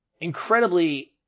incredibly